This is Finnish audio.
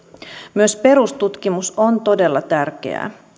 myös perustutkimus on todella tärkeää